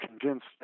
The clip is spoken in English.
convinced